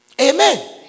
Amen